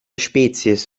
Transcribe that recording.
spezies